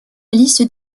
liste